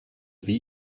wie